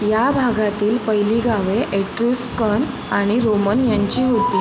या भागातील पहिली गावे एट्रुस्कन आणि रोमन यांची होती